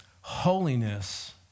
Holiness